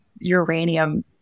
uranium